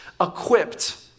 equipped